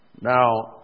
Now